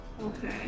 Okay